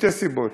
משתי סיבות: